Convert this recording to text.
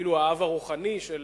כאילו האב הרוחני של